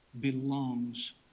belongs